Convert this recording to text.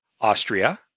Austria